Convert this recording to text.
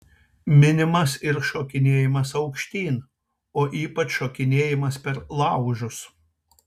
minimas ir šokinėjimas aukštyn o ypač šokinėjimas per laužus